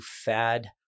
fad-